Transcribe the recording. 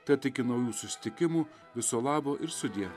tad iki naujų susitikimų viso labo ir sudie